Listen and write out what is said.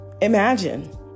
Imagine